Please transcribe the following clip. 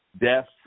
deaths